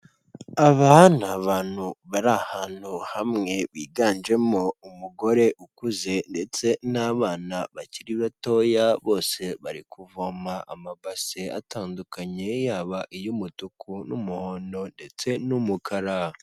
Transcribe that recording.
Aba ni abantu bari ahantu hamwe, biganjemo umugore ukuze ndetse n'abana bakiri batoya, bose bari kuvoma amabase atandukanye, yaba iy'umutuku n'umuhondo ndetse n'umukara.